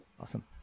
Awesome